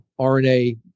RNA